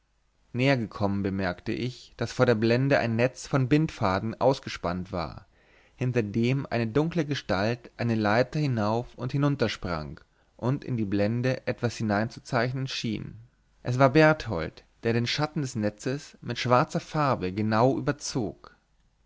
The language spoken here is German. gekommen bemerkte ich daß vor der blende ein netz von bindfaden ausgespannt war hinter dem eine dunkle gestalt eine leiter hinauf und hinunter sprang und in die blende etwas hineinzuzeichnen schien es war berthold der den schatten des netzes mit schwarzer farbe genau überzog